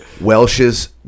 Welsh's